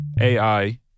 AI